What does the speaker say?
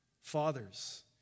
fathers